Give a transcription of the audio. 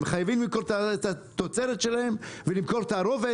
הם חייבים למכור את התוצרת שלהם ולמכור תערובת.